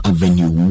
Avenue